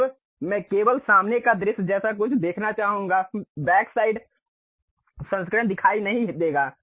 अब मैं केवल सामने का दृश्य जैसा कुछ देखना चाहूंगा बैकसाइड संस्करण दिखाई नहीं देगा